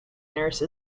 nurse